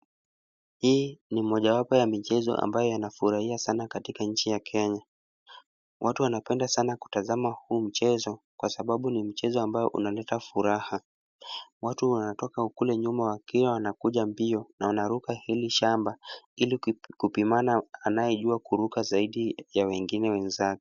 Hii ni mojawapo ya michezo ambayo yanafurahia sana katika nchi ya Kenya. Watu wanapenda sana kutazama huu mchezo kwa sababu ni mchezo ambayo unaleta furaha. watu wanatoka kule nyuma wakiwa wanakuja mbio na wanaruka hili shamba ili kupimana anayejua kuruka zaidi ya wengine wenzake.